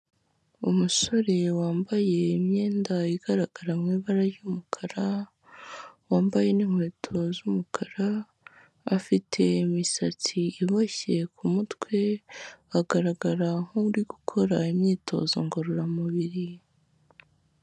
Umusore wambaye imyenda igaragara mu ibara ry'umukara, wambaye n'inkweto z'umukara, afite imisatsi iboshye ku mutwe; agaragara nk'uri gukora imyitozo ngororamubiri.